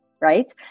right